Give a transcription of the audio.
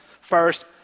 first